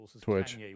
Twitch